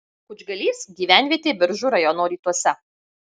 kučgalys gyvenvietė biržų rajono rytuose